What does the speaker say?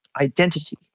identity